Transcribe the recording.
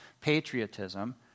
patriotism